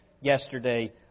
yesterday